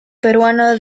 peruano